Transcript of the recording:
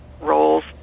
roles